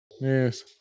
Yes